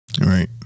Right